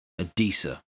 Adisa